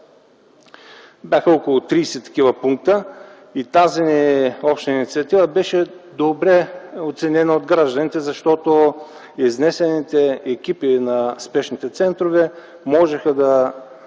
Бяха около 30 такива пункта. Тази обща инициатива беше добре оценена от гражданите, защото изнесените екипи на спешните центрове можеха да